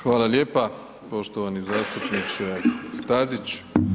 Hvala lijepa poštovani zastupniče Stazić.